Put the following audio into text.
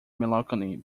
melancholy